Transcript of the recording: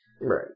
right